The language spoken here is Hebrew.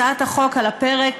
הצעת החוק על הפרק,